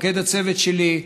מפקד הצוות שלי,